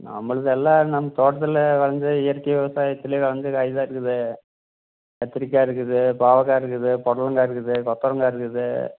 நம்மளது எல்லாம் நம்ம தோட்டத்தில் விளைஞ்ச இயற்கை விவசாயத்தில் விளைஞ்ச காய் தான் இருக்குது கத்திரிக்காய் இருக்குது பாவக்காய் இருக்குது புடலங்கா இருக்குது கொத்தவரங்கா இருக்குது